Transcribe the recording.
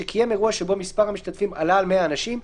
שקיים אירוע שבו מספר המשתתפים עלה על 100 אנשים,